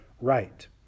right